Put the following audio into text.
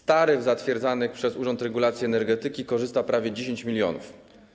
Z taryf zatwierdzanych przez Urząd Regulacji Energetyki korzysta prawie 10 mln.